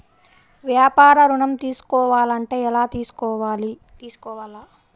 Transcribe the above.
వ్యాపార ఋణం తీసుకోవాలంటే ఎలా తీసుకోవాలా?